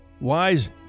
wise